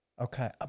okay